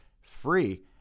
Free